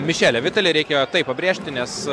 mišelio viteli reikėjo tai pabrėžti nes